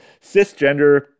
cisgender